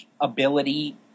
ability